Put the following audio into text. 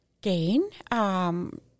gain